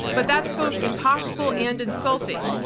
but that's both impossible and insulting.